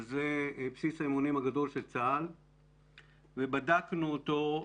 בסיס האימונים הגדול של צבא הגנה לישראל ובדקנו אותו.